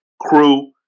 crew